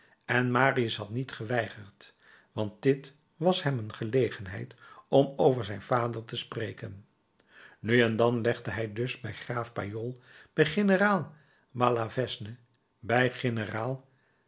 en marius had niet geweigerd want dit was hem een gelegenheid om over zijn vader te spreken nu en dan legde hij dus bij graaf pajol bij generaal bellavesne bij generaal